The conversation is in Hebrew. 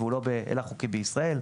שאיננו הילך חוקי במדינת ישראל.